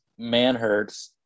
Manhurts